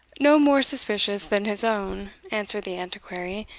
no more suspicious than his own, answered the antiquary,